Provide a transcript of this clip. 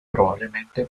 probablemente